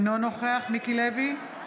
אינו נוכח מיקי לוי,